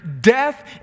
death